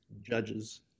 judges